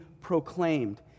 proclaimed